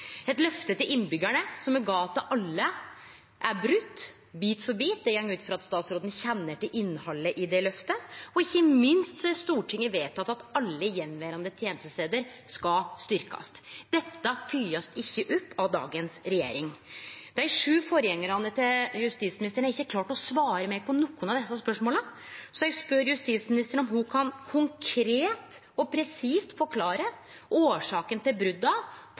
Eit løfte til innbyggjarane, som me gav til alle, er brote, bit for bit. Eg går ut frå at statsråden kjenner til innhaldet i det løftet. Og ikkje minst har Stortinget vedteke at alle dei attverande tenestestadar skal styrkjast. Dette blir ikkje følgt opp av dagens regjering. Dei sju forgjengarane til justisministeren har ikkje greidd å svare meg på nokon av desse spørsmåla. Så eg spør justisministren om ho konkret og presist kan forklare årsaka til